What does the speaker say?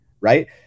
Right